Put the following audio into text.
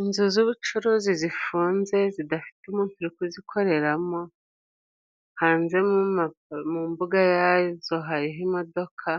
Inzu z'ubucuruzi zifunze zidafite umuntu uri kuzikoreramo, Hanze mu ma mu mbuga yazo hariho imodoka.